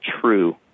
true